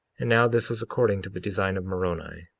and now this was according to the design of moroni.